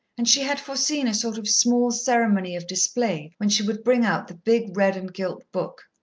and she had foreseen a sort of small ceremony of display when she would bring out the big red-and-gilt book.